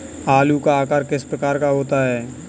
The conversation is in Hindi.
आलू का आकार किस प्रकार का होता है?